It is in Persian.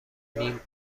نیم